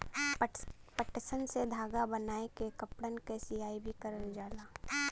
पटसन से धागा बनाय के कपड़न क सियाई भी करल जाला